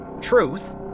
truth